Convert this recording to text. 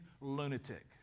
lunatic